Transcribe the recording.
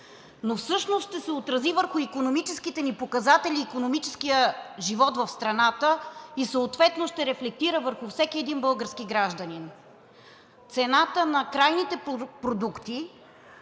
но всъщност ще се отрази върху икономическите ни показатели и икономическия живот в страната и съответно ще рефлектира върху всеки един български гражданин. Цената на крайните продукти